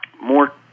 more